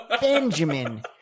Benjamin